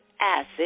acid